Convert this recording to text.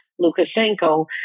Lukashenko